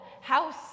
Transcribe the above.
house